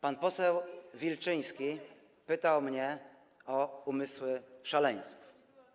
Pan poseł Wilczyński pytał mnie o umysły szaleńców.